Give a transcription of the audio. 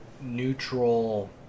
neutral